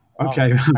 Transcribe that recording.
okay